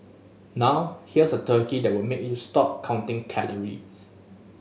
now here's a turkey that will make you stop counting calories